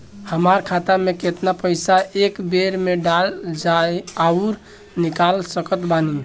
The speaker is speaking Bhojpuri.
हमार खाता मे केतना पईसा एक बेर मे डाल आऊर निकाल सकत बानी?